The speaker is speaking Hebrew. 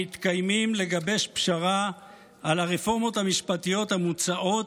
המתקיימים לגבש פשרה על הרפורמות המשפטיות המוצעות,